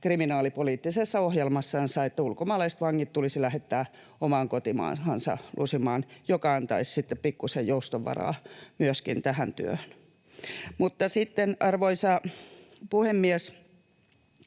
kriminaalipoliittisessa ohjelmassansa, että ulkomaalaiset vangit tulisi lähettää omaan kotimaahansa lusimaan, mikä antaisi sitten pikkusen joustonvaraa myöskin tähän työhön. Arvoisa puhemies!